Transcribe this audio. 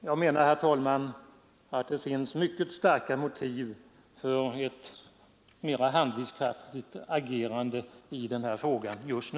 Jag menar, herr talman, att det finns mycket starka motiv för ett handlingskraftigt agerande i den här frågan just nu.